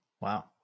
Wow